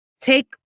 take